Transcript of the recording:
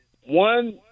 one